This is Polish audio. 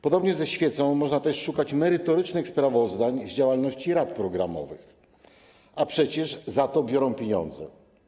Podobnie ze świecą można szukać merytorycznych sprawozdań z działalności rad programowych, a przecież za to biorą one pieniądze.